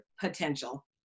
potential